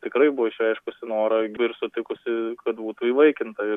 tikrai buvo išreiškusi norą ir sutikusi kad būtų įvaikinta